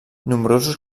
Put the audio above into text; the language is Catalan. nombrosos